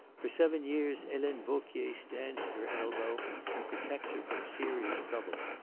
for seven years helene vauquier stands at her elbow and protects her from serious trouble.